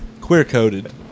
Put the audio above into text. queer-coded